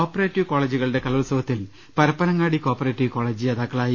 operative കോളേജുകളുടെ കലോത്സവത്തിൽ Parappanangadi co operative college ജേതാക്കളായി